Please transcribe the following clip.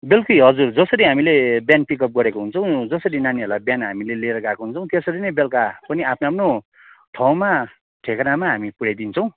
बेलुकी हजुर जसरी हामीले बिहान पिकअप गरेको हुन्छौँ जसरी नानीहरूलाई बिहान लिएर गएको हुन्छौँ त्यसरी नै बेलुका पनि आफ्नो आफ्नो ठाउँमा ठेगानामा हामी पुऱ्याइदिन्छौँ